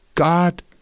God